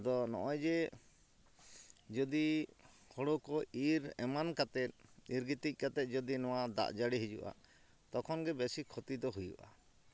ᱟᱫᱚ ᱱᱚᱜᱼᱚᱸᱭ ᱡᱮ ᱡᱚᱫᱤ ᱦᱳᱲᱳ ᱠᱚ ᱤᱨᱻ ᱮᱢᱟᱱ ᱠᱟᱛᱮ ᱤᱨᱻ ᱜᱤᱛᱤᱡ ᱠᱟᱛᱮ ᱡᱚᱫᱤ ᱱᱚᱣᱟ ᱫᱟᱜᱡᱟᱲᱤ ᱦᱤᱡᱩᱜᱼᱟ ᱛᱚᱠᱷᱚᱱ ᱜᱮ ᱵᱮᱥᱤ ᱠᱷᱚᱛᱤᱫᱚ ᱦᱩᱭᱩᱜᱼᱟ